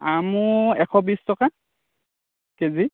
আমো এশ বিশ টকা কেজি